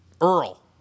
Earl